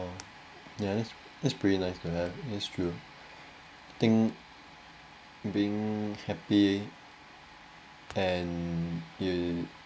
oh ya it's pretty nice to have it's true think being happy and you